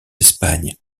espagne